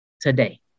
today